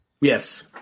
Yes